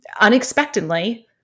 unexpectedly